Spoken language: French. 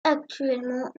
actuellement